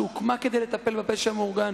שהוקמה כדי לטפל בפשע המאורגן,